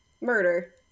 murder